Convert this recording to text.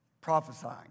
prophesying